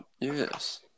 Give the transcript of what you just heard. yes